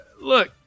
Look